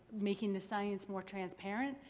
making the science more transparent,